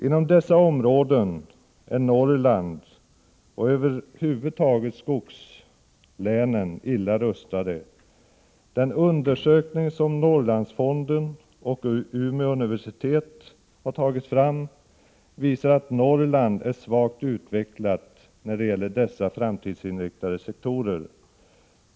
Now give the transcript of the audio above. Inom dessa områden är Norrland och skogslänen över lag illa rustade. Den undersökning som Norrlandsfonden och Umeå universitet har tagit fram visar att Norrland är svagt utvecklat när det gäller dessa framtidsinriktade sektorer.